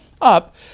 up